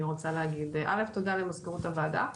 קודם כל, אני רוצה להגיד תודה למזכירות הוועדה,